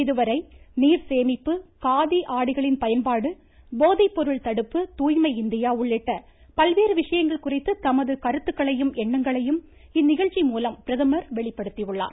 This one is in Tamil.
இதுவரை நீர்சேமிப்பு காதி ஆடைகளின் பயன்பாடு போதைப்பொருள் தடுப்பு தூய்மை இந்தியா உள்ளிட்ட பல்வேறு விஷயங்கள் குறித்து தமது கருத்துக்களையும் எண்ணங்களையும் இந்நிகழ்ச்சி மூலம் பிரதமர் வெளிப்படுத்தியுள்ளார்